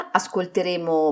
ascolteremo